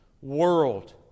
world